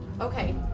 Okay